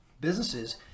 businesses